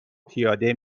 پیاده